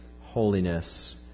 holiness